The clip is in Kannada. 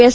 ಎಸ್